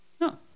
No